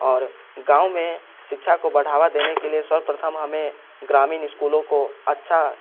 और गाँव में शिक्षा को बढ़ावा देने के लिए सर्वप्रथम हमें ग्रामीण स्कूलों को अच्छा